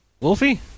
Wolfie